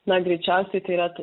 na greičiausiai tai yra